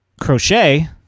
crochet